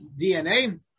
DNA